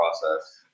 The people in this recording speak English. process